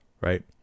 right